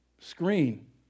screen